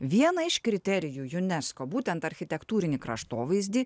vieną iš kriterijų unesco būtent architektūrinį kraštovaizdį